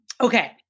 okay